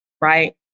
right